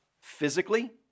physically